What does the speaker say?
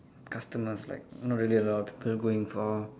customers like not really a lot of people going for